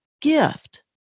gift